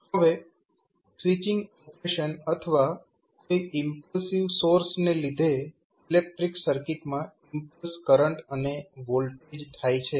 હવે switching operation અથવા કોઈ ઈમ્પલ્સિવ સોર્સ ને લીધે ઇલેક્ટ્રીક સર્કિટમાં ઈમ્પલ્સ કરંટ અને વોલ્ટેજ થાય છે